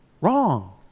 Wrong